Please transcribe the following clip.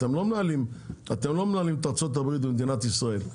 אתם לא מנהלים את ארצות הברית במדינת ישראל.